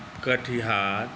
Katihar